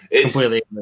Completely